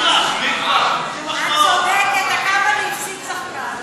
את צודקת, "הקאמרי" הפסיד שחקן.